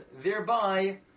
thereby